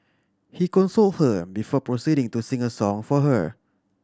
he consoled her before proceeding to sing a song for her